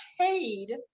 paid